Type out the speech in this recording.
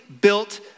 built